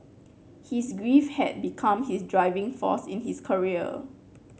his grief had become his driving force in his career